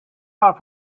off